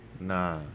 Nah